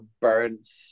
burnt